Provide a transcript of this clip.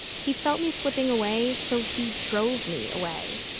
he felt me slipping away, so he drove me away.